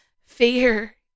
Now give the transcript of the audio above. Fear